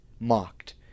mocked